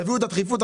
תביאו את הדחיפות,